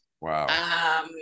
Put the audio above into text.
Wow